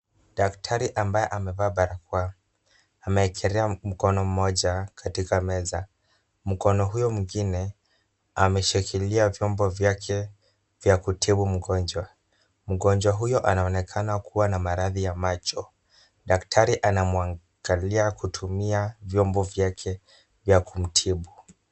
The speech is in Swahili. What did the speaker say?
Daktari ambaye amevaa barakoa ameekelea mkono mmoja katika meza , mkono huo mwengine ameshikilia vyombo vyake vya kutibu mgonjwa. Mgonjwa huyo anaonekana kuwa na maradhi ya macho. Daktari anamwangalia kutumia vyombo vyake vya kumtibu.